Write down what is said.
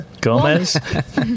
Gomez